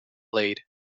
played